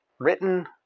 Written